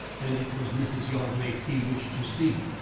and it was mrs. yardley he wished to see.